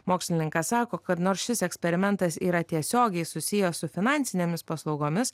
mokslininkas sako kad nors šis eksperimentas yra tiesiogiai susijęs su finansinėmis paslaugomis